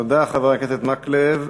תודה, חבר הכנסת מקלב.